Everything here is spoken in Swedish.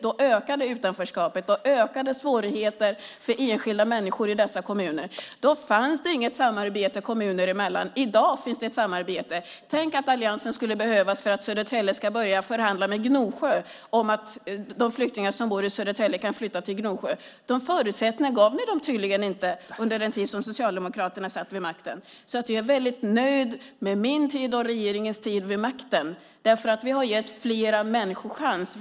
Då ökade utanförskapet, och då ökade svårigheterna för enskilda människor i dessa kommuner. Då fanns det inget samarbete kommuner emellan. I dag finns det ett samarbete. Tänk att alliansen skulle behövas för att Södertälje skulle börja förhandla med Gnosjö om att flyktingar som bor i Södertälje kan flytta till Gnosjö. Dessa förutsättningar gav ni tydligen inte kommunerna under den tid som Socialdemokraterna satt vid makten. Jag är därför väldigt nöjd med min tid och med regeringens tid vid makten därför att vi har gett fler människor chans.